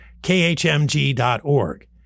khmg.org